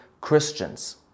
Christians